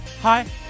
Hi